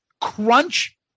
crunch